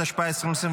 התשפ"ה 2024,